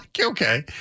okay